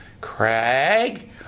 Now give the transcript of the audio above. Craig